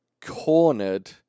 cornered